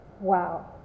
wow